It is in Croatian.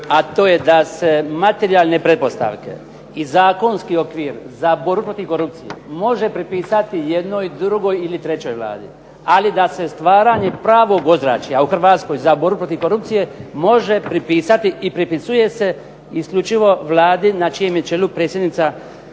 a to je da se materijalne pretpostavke i zakonski okvir za borbu protiv korupcije može pripasati jednoj, drugoj ili trećoj Vladi, ali da se stvaranje pravog ozračja u Hrvatskoj za borbu protiv korupcije može pripisati i pripisuje se isključivo Vladi na čijem je čelu predsjednica